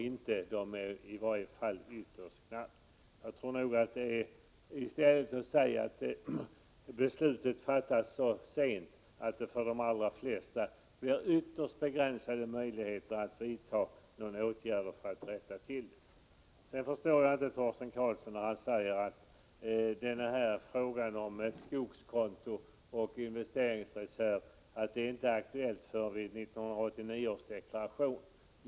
Det är i varje fall ytterst knappt om tid. Det är nog så att beslutet fattas så sent att det för de allra flesta alltså blir fråga om ytterst begränsade möjligheter att hinna vidta åtgärder för att rätta till det hela. Jag förstår inte Torsten Karlsson, när han säger att frågan om skogskonton och investeringsreserv inte blir aktuell förrän vid 1989 års deklaration.